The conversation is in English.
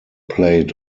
played